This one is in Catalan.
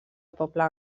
poblet